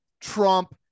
Trump